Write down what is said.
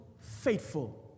faithful